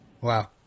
Wow